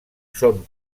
són